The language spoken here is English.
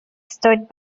stood